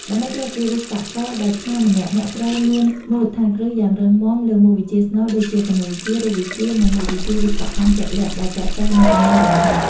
ដើម្បីក្លាយជាវិស្វករដ៏ឆ្នើមម្នាក់ អ្នកត្រូវមាន មូលដ្ឋានគ្រឹះយ៉ាងរឹងមាំ លើមុខវិជ្ជាស្នូលដូចជា គណិតវិទ្យា រូបវិទ្យា និងមុខវិជ្ជាវិស្វកម្មជាក់លាក់ ដែលទាក់ទងនឹងជំនាញរបស់អ្នក។